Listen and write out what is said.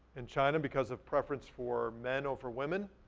in china, because of preference for men over women,